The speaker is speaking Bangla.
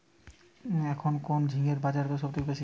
এখন কোন ঝিঙ্গের বাজারদর সবথেকে বেশি?